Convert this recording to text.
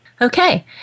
Okay